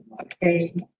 Okay